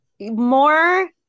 more